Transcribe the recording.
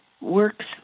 works